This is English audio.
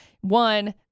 one